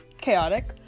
chaotic